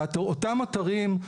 ואותם אתרים,